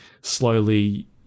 slowly